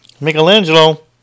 Michelangelo